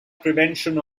prevention